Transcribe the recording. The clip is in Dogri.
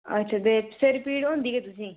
अच्छा केह् सिर पीड़ होंदी के तु'सेगी